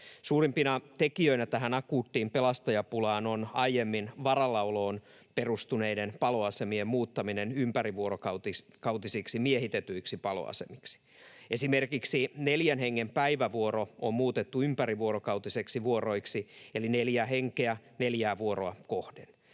Suurimpia tekijöitä tässä akuutissa pelastajapulassa on aiemmin varallaoloon perustuneiden paloasemien muuttaminen ympärivuorokautisiksi miehitetyiksi paloasemiksi. Esimerkiksi neljän hengen päivävuoro on muutettu ympärivuorokautisiksi vuoroiksi, eli neljä henkeä neljää vuoroa kohden.